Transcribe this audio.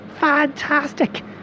fantastic